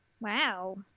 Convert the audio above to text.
Wow